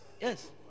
yes